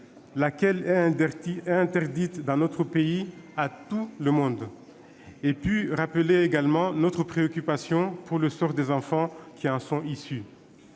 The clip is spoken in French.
laquelle est interdite dans notre pays à tout le monde, ainsi que notre préoccupation pour le sort des enfants qui en sont issus.